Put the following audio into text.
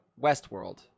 westworld